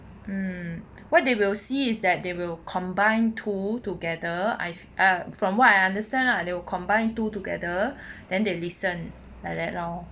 um what they will see is that they will combine two together I've uh from what I understand lah they will combine two together then they listen like that lor